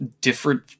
different